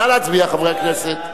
נא להצביע, חברי הכנסת.